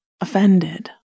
offended